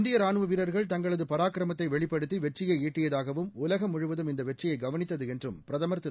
இந்திய ராணுவ வீரர்கள் தங்களது பராக்கிரமத்தை வெளிப்படுத்தி வெற்றியை ஈட்டியதாகவும் உலகம் முழுவதும் இந்த வெற்றியைக் கவனித்தது என்றும் பிரதமர் திரு